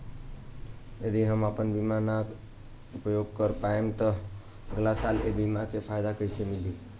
यदि हम आपन बीमा ना उपयोग कर पाएम त अगलासाल ए बीमा के फाइदा कइसे मिली?